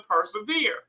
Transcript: persevere